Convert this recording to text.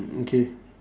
okay